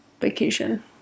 vacation